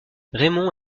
raymond